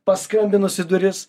paskambinus į duris